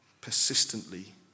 persistently